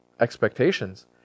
expectations